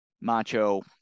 macho